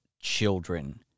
children